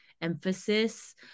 emphasis